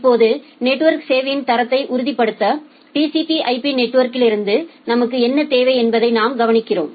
இப்போது நெட்வொர்க் சேவையின் தரத்தை உறுதிப்படுத்த TCP IP நெட்வொர்க்லிருந்து நமக்கு என்ன தேவை என்பதை நாம் கவனிக்கிறோம்